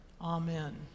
Amen